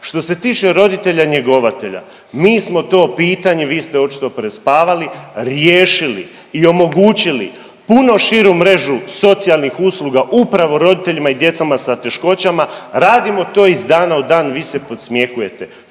Što se tiče roditelja njegovatelja, mi smo to pitanje, vi ste očito prespavali riješili i omogućili puno širu mrežu socijalnih usluga upravo roditeljima i djecama sa teškoćama. Radimo to iz dana u dan, vi se podsmjehujete.